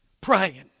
praying